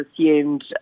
assumed